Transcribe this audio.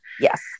Yes